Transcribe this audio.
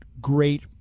great